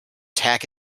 tack